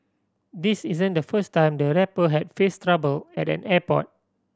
this isn't the first time the rapper has faced trouble at an airport